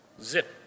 Zip